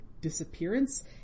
disappearance